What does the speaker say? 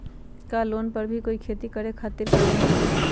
का लोन पर कोई भी खेती करें खातिर गरी मिल जाइ?